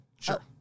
Sure